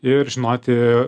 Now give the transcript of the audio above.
ir žinoti